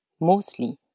mostly